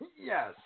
Yes